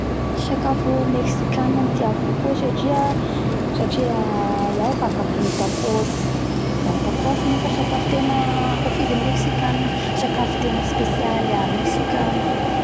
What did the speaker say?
Sakafo mexicane tiako kokoa satria satria iaho makafy tacos da ny tacos nefa sakafo tena akafiziny mexicane sakafo tena specialy a mexicane agny